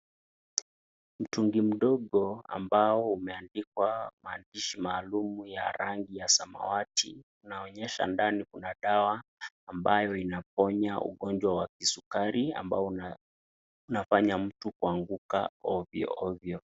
Mtungi mdogo ambao umeandika mwaandishi maalum ya rangi ya samawati, inaonyesha ndani kuna dawa ambayo inapnya ugonjwa wa kisukari ambao unafanya mtu kuanguka ovyo ovyo.